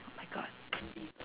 oh my god